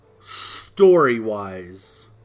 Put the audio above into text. story-wise